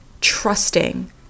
trusting